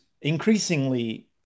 increasingly